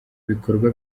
bikorwa